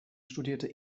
studierte